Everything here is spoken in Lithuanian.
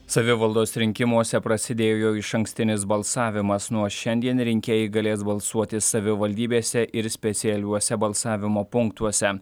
savivaldos rinkimuose prasidėjo išankstinis balsavimas nuo šiandien rinkėjai galės balsuoti savivaldybėse ir specialiuose balsavimo punktuose